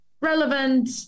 relevant